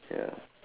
ya